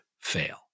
fail